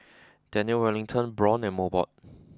Daniel Wellington Braun and Mobot